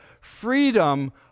freedom